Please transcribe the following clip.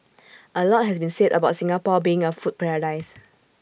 A lot has been said about Singapore being A food paradise